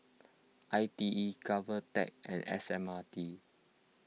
I T E Govtech and S M R T